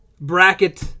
bracket